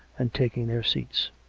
and taking their seats.